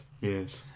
Yes